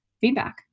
feedback